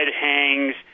hangs